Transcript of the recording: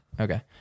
Okay